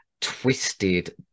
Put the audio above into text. twisted